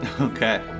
Okay